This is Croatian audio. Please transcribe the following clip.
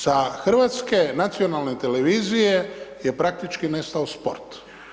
Sa hrvatske nacionalne televizije je praktički nestao sport.